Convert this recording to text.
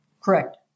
Correct